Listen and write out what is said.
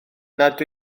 nad